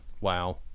wow